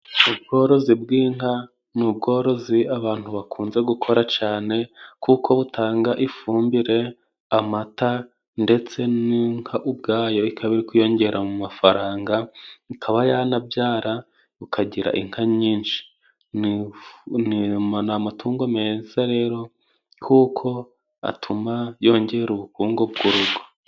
Ubworozi bw'inka ni ubworozi abantu bakunze gukora cane, kuko butanga ifumbire, amata ndetse n'inka ubwayo ikaba iri kwiyongera mu mafaranga, ikaba yanabyara ukagira inka nyinshi, Ni amatungo meza rero kuko atuma yongera ubukungu bw'urugo.